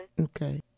Okay